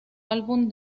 álbum